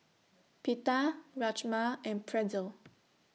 Pita Rajma and Pretzel